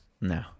no